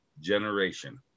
generation